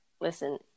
listen